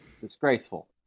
disgraceful